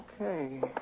Okay